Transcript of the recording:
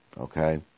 okay